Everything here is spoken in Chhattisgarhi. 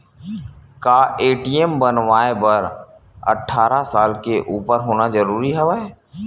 का ए.टी.एम बनवाय बर अट्ठारह साल के उपर होना जरूरी हवय?